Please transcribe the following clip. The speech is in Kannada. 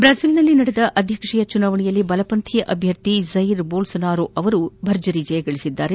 ಬ್ರೆಜಿಲ್ನಲ್ಲಿ ನಡೆದ ಅಧ್ಯಕ್ಷರ ಚುನಾವಣೆಯಲ್ಲಿ ಬಲಪಂಥೀಯ ಅಭ್ಯರ್ಥಿ ಜೈರ್ ಬೋಲ್ಲೋನಾರೋ ಅವರು ಭರ್ಜರಿ ಜಯಗಳಿಸಿದ್ದಾರೆ